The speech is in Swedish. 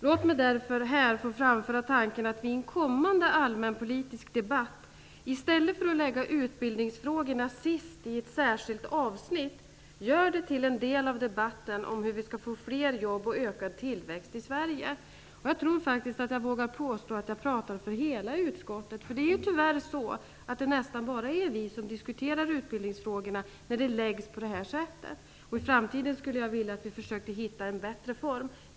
Låt mig därför här få framföra tanken att vi i en kommande allmänpolitisk debatt i stället för att lägga utbildningsfrågorna sist i ett särskilt avsnitt gör dem till en del av debatten om hur vi skall få fler jobb och ökad tillväxt i Sverige. Jag tror faktiskt att jag vågar påstå att jag talar för hela utskottet. Det är ju tyvärr så att det nästan bara är vi som diskuterar utbildningsfrågorna när debatten läggs upp på det här sättet. I framtiden skulle jag vilja att man försökte hitta en bättre form.